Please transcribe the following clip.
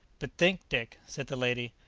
but think, dick, said the lady,